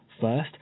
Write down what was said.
First